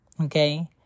Okay